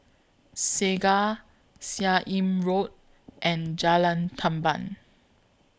Segar Seah Im Road and Jalan Tamban